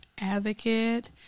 advocate